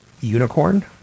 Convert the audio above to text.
unicorn